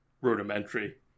rudimentary